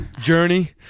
Journey